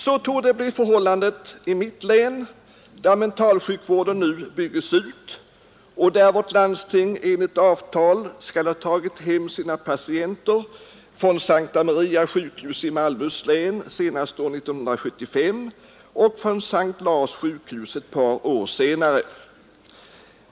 Så torde bli förhållandet i mitt län, där mentalsjukvården nu bygges ut och där vårt landsting enligt avtal skall ha tagit hem sina patienter från Sankta Maria sjukhus i Malmöhus län senast år 1975 och från S:t Lars sjukhus ett par år senare.